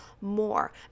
more